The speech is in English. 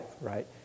right